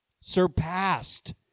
surpassed